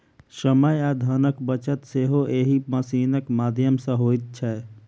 समय आ धनक बचत सेहो एहि मशीनक माध्यम सॅ होइत छै